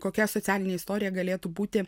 kokia socialinė istorija galėtų būti